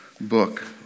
book